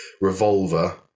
Revolver